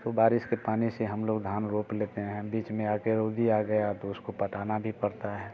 तो बारिश के पानी से हम लोग धान रोप लेते हैं बीच में आ कर रोज़ी आ गया तो उसको पटाना भी पड़ता है